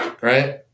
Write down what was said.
right